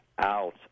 out